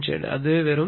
எனவே அது வெறும் 17